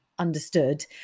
understood